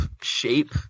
shape